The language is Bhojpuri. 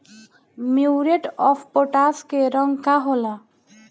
म्यूरेट ऑफपोटाश के रंग का होला?